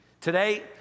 Today